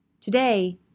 Today